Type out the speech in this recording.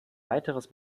weiteres